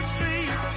Street